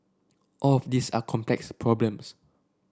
all of these are complex problems